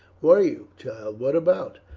were you, child? what about?